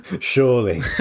surely